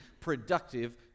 productive